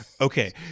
Okay